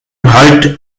halt